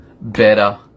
better